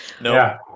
No